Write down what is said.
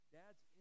dad's